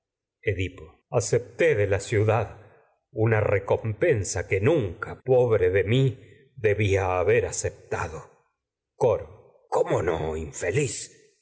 edipo cómo no acepté de la ciudad una recompensa que nunca pobre de mi debía haber aceptado infeliz